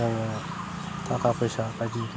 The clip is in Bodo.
दा थाखा फैसा बायदि